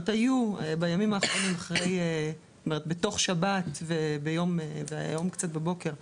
היו בימים האחרונים בתוך שבת והיום בבוקר קצת,